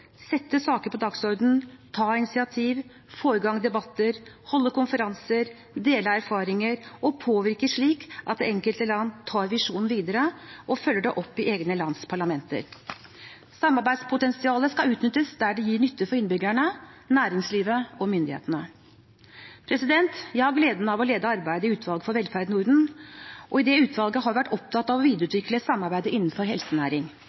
sette saker på dagsordenen, ta initiativ, få i gang debatter, holde konferanser, dele erfaringer og påvirke slik at det enkelte land tar visjonen videre og følger det opp i egne lands parlamenter. Samarbeidspotensialet skal utnyttes der det gir nytte for innbyggerne, næringslivet og myndighetene. Jeg har gleden av å lede arbeidet i utvalget for velferd i Norden, og i det utvalget har vi vært opptatt av å videreutvikle samarbeidet innenfor helsenæring.